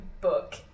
book